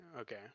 okay